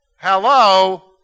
Hello